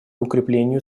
укреплению